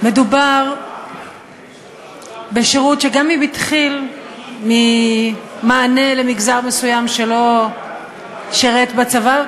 מדובר בשירות שגם אם התחיל ממענה למגזר מסוים שלא שירת בצבא,